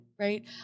right